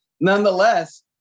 nonetheless